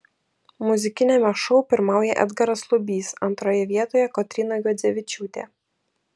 muzikiniame šou pirmauja edgaras lubys antroje vietoje kotryna juodzevičiūtė